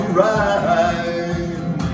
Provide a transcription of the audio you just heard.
ride